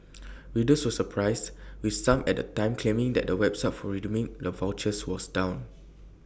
readers were surprised with some at the time claiming that the website for redeeming the vouchers was down